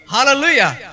Hallelujah